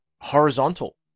horizontal